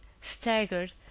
staggered